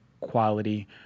quality